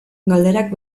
galderak